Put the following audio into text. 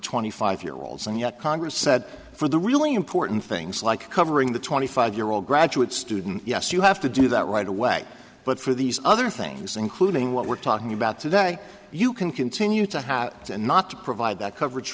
twenty five year olds and yet congress said for the really important things like covering the twenty five year old graduate student yes you have to do that right away but for these other things including what we're talking about today you can continue to have it and not to provide that coverage